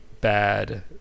bad